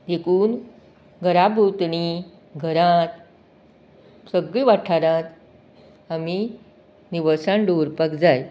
देखून घराभोंवतणी घरात सगळें वाठारांत आमी निवळसाण दवरपाक जाय